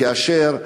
כאשר אין,